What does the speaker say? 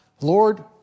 Lord